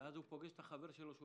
ואז הוא פוגש את החבר שלו,